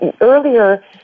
Earlier